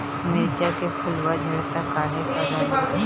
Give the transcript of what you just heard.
मिरचा के फुलवा झड़ता काहे का डाली?